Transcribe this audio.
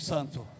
Santo